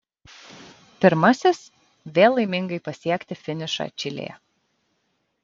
pirmasis vėl laimingai pasiekti finišą čilėje